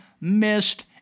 missed